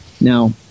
Now